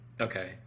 Okay